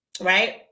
Right